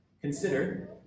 Consider